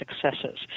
successes